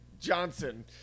Johnson